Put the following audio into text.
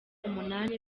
umunani